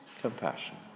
compassion